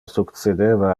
succedeva